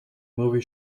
movie